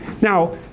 Now